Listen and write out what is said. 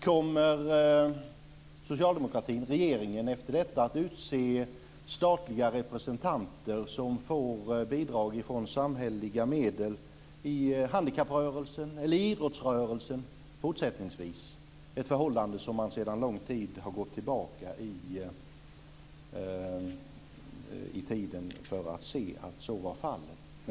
Kommer socialdemokratin, regeringen, efter detta att fortsättningsvis utse statliga representanter, som får bidrag från samhälleliga medel, i handikapprörelsen eller idrottsrörelsen? Man får gå långt tillbaka i tiden för att se sådant.